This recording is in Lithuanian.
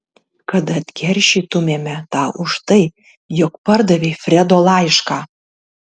kad atkeršytumėme tau už tai jog pardavei fredo laišką